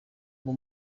ngo